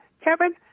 Kevin